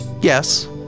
yes